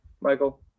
Michael